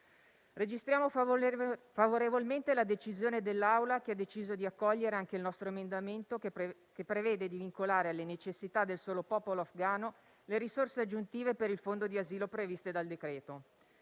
Registriamo favorevolmente la decisione dell'Assemblea di accogliere anche il nostro emendamento che prevede di vincolare alle necessità del solo popolo afghano le risorse aggiuntive per il fondo di asilo previste dal decreto.